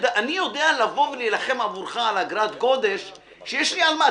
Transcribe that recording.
אני יודע לבוא ולהילחם עבורך על אגרת גודש שיש לי על מה.